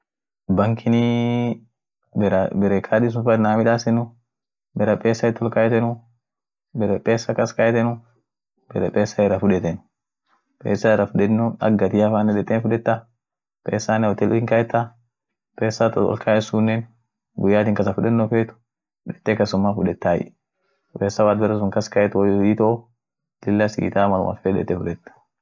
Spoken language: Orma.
Vending mashine sunii ak ishin huji midaasitu. ishinii freezer fa tumiete, won dugatiatif iyoo won nyaanoa fa freshi keetie aminen tempreture feden suut duminenii ishiinen saa dibi, wondibian midaaseni won chochole aminen wofa gadbuusen won ak tray ya fa.